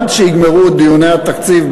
עד שיגמרו את דיוני התקציב,